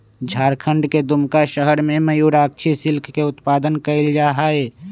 झारखंड के दुमका शहर में मयूराक्षी सिल्क के उत्पादन कइल जाहई